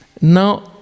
Now